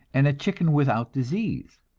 and a chicken without disease.